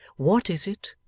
what is it